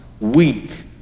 weak